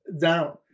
down